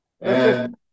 And-